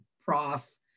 Prof